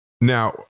Now